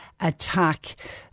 Attack